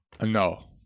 no